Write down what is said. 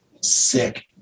sick